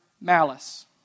malice